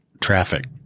traffic